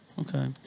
Okay